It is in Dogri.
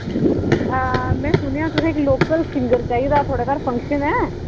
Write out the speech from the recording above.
में सुनेआ तुसें इक लोकल सिंगर चाहिदा थोआड़े घर फंक्शन ऐ